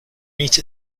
meet